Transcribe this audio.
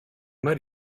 might